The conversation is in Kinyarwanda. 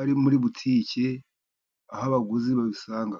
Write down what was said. ari muri butike aho abaguzi babisanga.